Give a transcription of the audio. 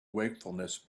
wakefulness